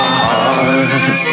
heart